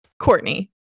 Courtney